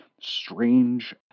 strange